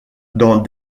dans